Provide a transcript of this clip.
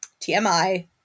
TMI